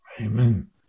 Amen